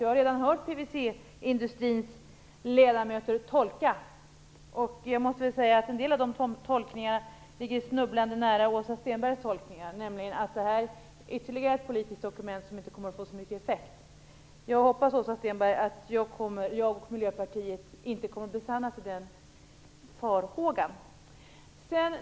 Jag har redan hört PVC-industrins ledamöter göra sin tolkning. Jag måste säga att en del av de tolkningarna ligger snubblande nära Åsa Stenbergs tolkningar, nämligen att detta blir ytterligare ett politiskt dokument som inte kommer att få så stor effekt. Jag hoppas, Åsa Stenberg, att jag och Miljöpartiet inte kommer att besannas i den farhågan.